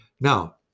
Now